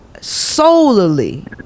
solely